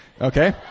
Okay